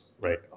right